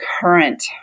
current